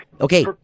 Okay